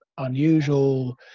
unusual